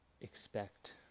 expect